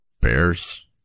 bears